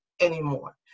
anymore